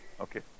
okay